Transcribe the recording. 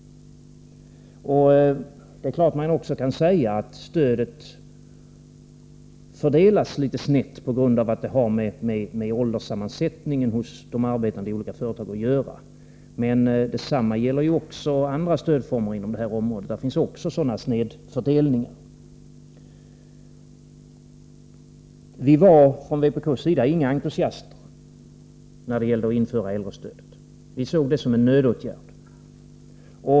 Det är klart att man kan säga att stödet fördelas litet snett på grund av att det har med åldern hos de arbetande i de olika företagen att göra, men detsamma gäller andra stödformer inom detta område, som också innebär sådana snedfördelningar. Vi var från vpk:s sida inga entusiaster när det gällde att införa äldrestödet. Vi såg det som en nödåtgärd.